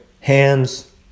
Hands